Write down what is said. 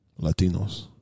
Latinos